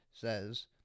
says